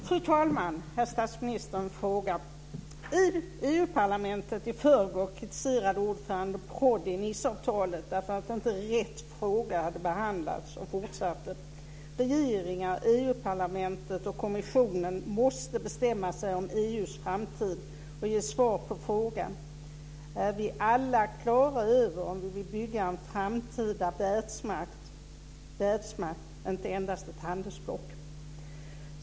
Fru talman! Herr statsminister, en fråga. I EU-parlamentet i förrgår kritiserade ordförande Prodi Niceavtalet därför att inte rätt fråga hade behandlats och fortsatte: Regeringar, EU-parlamentet och kommissionen måste bestämma sig om EU:s framtid och ge svar på frågan om vi alla är klara över om ifall vi vill bygga en framtida världsmakt, inte endast ett handelsblock.